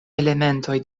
elementoj